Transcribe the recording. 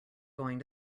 going